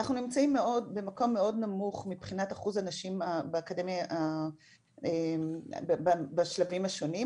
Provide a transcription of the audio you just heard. אנחנו נמצאים במקום מאוד נמוך מבחינת אחוז הנשים באקדמיה בשלבים השונים.